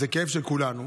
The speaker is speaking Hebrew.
זה כאב של כולנו.